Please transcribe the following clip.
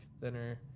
thinner